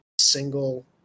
single